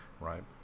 Right